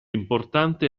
importante